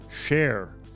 share